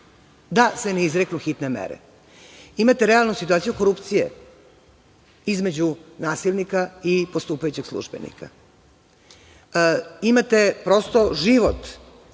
da se ne izreknu hitne mere. Imate realnu situaciju korupcije između nasilnika i postupajućeg službenika. Imate život